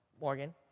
Morgan